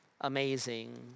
amazing